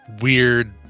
weird